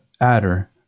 adder